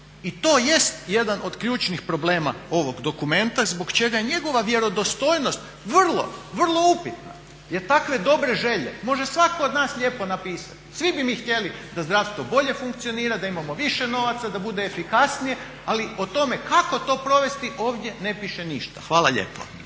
i tj. jedan od ključnih problema ovog dokumenta zbog čega njegova vjerodostojnost vrlo, vrlo upitna jer takve dobre želje može svatko od nas lijepo napisati, svi bi mi htjeli da zdravstvo bolje funkcionira, da imamo više novaca, da bude efikasnije ali o tome kako to provesti ovdje ne piše ništa. Hvala lijepo.